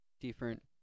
different